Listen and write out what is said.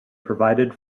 provided